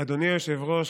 אדוני היושב-ראש,